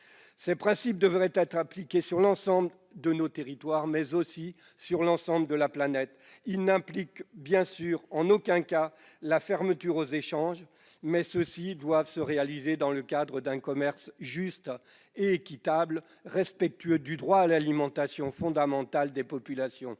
Ces principes devraient être appliqués sur l'ensemble de nos territoires, mais aussi sur toute la planète. Cela n'implique bien sûr en aucun cas la fermeture aux échanges, mais ceux-ci doivent se réaliser dans le cadre d'un commerce juste et équitable, respectueux du droit fondamental à l'alimentation des populations, au rebours